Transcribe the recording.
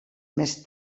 més